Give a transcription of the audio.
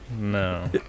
No